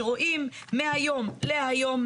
שרואים מהיום להיום,